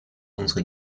unsere